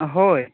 ᱦᱳᱭ